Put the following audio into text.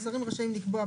17. (א)השרים רשאים לקבוע,